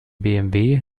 bmw